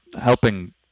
helping